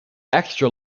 extra